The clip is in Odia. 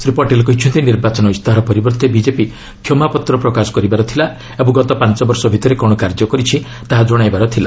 ଶ୍ରୀ ପଟେଲ କହିଛନ୍ତି ନିର୍ବାଚନ ଇସ୍ତାହାର ପରିବର୍ଭେ ବିଜେପି କ୍ଷମାପତ୍ର ପ୍ରକାଶ କରିବାର ଥିଲା ଓ ଗତ ପାଞ୍ଚ ବର୍ଷ ଭିତରେ କ'ଣ କାର୍ଯ୍ୟ କରିଛି ତାହା ଜଣାଇବାର ଥିଲା